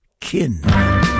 Kin